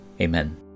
Amen